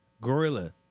Gorilla